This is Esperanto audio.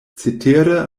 cetere